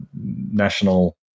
national